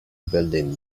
building